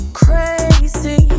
crazy